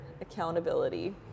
accountability